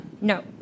No